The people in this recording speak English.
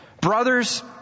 Brothers